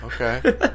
Okay